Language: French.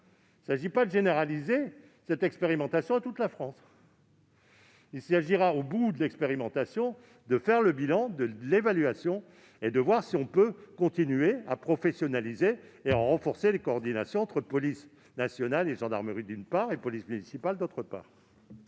Il ne s'agit pas de généraliser cette expérimentation à toute la France. Il s'agira au bout de l'expérimentation d'en faire le bilan et de déterminer si l'on peut continuer à professionnaliser et à renforcer la coordination entre la police nationale et la gendarmerie, d'une part, et la police municipale, d'autre part.